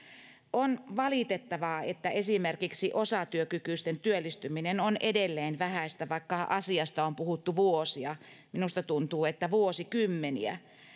on valitettavaa että esimerkiksi osatyökykyisten työllistyminen on edelleen vähäistä vaikka asiasta on puhuttu vuosia minusta tuntuu että vuosikymmeniä